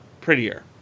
prettier